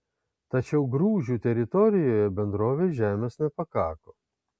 tačiau grūžių teritorijoje bendrovei žemės nepakako